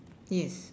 yes